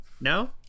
No